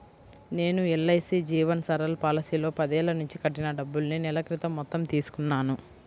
నేను ఎల్.ఐ.సీ జీవన్ సరల్ పాలసీలో పదేళ్ళ నుంచి కట్టిన డబ్బుల్ని నెల క్రితం మొత్తం తీసుకున్నాను